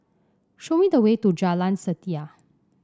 show me the way to Jalan Setia